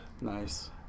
nice